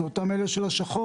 זה אותם אלה של השחור?